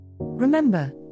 Remember